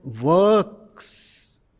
works